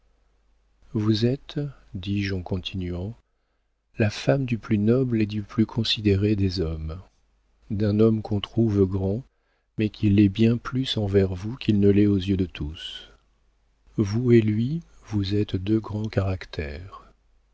vous êtes dis-je en continuant la femme du plus noble et du plus considéré des hommes d'un homme qu'on trouve grand mais qui l'est bien plus envers vous qu'il ne l'est aux yeux de tous vous et lui vous êtes deux grands caractères